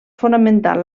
fonamental